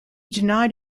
denied